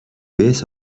bit